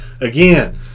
Again